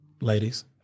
ladies